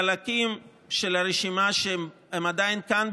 חלקים של הרשימה הם עדיין כאן,